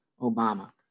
Obama